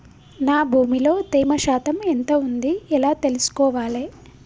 నా భూమి లో తేమ శాతం ఎంత ఉంది ఎలా తెలుసుకోవాలే?